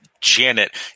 Janet